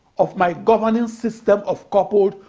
of my governing system of coupled,